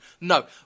No